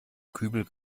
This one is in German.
kübel